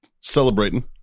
Celebrating